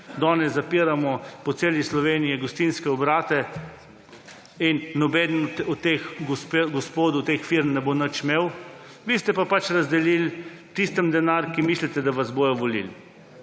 danes zapiramo po celi Slovenijo gostinske obrate in nobeden od teh gospodov od teh firm ne bo nič imel, vi ste pa pač razdelili tistim denar, ki mislite, da vas bodo volili.